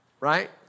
right